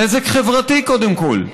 נזק חברתי קודם כול,